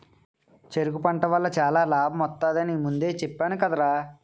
చెరకు పంట వల్ల చాలా లాభమొత్తది అని ముందే చెప్పేను కదరా?